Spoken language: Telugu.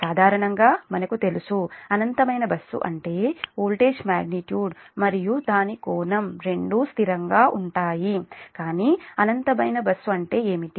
సాధారణంగా మనకు తెలుసు అనంతమైన బస్సు అంటే వోల్టేజ్ మాగ్నిట్యూడ్ మరియు దాని కోణం రెండూ స్థిరంగా ఉంటాయి కాని అనంతమైన బస్సు అంటే ఏమిటి